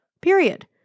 period